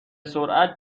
سرعت